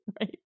Right